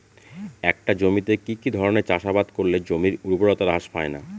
একটা জমিতে কি কি ধরনের চাষাবাদ করলে জমির উর্বরতা হ্রাস পায়না?